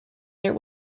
here